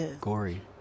gory